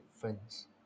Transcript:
Friends